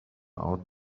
out